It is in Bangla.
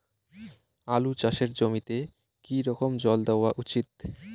আলু চাষের জমিতে কি রকম জল দেওয়া উচিৎ?